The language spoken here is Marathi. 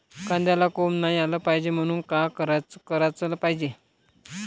कांद्याला कोंब नाई आलं पायजे म्हनून का कराच पायजे?